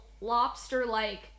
lobster-like